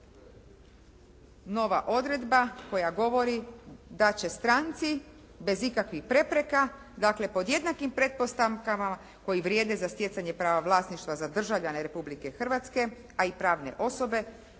nova odredba koja govori da će stranci bez ikakvih prepreka, dakle pod jednakim pretpostavkama koji vrijede za stjecanje prava vlasništva za državljane Republike Hrvatske, a i pravne osobe